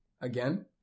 Again